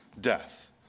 death